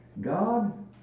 God